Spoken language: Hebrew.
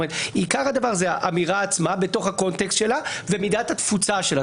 עיקר הדבר זה האמירה עצמה בתוך הקונטקסט שלה ומידת התפוצה שלה.